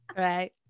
right